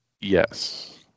Yes